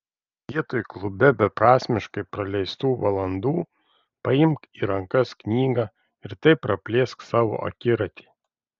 vietoj klube beprasmiškai praleistų valandų paimk į rankas knygą ir taip praplėsk savo akiratį